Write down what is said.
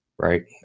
Right